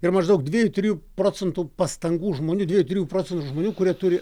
ir maždaug dviejų trijų procentų pastangų žmonių dviejų trijų procentai žmonių kurie turi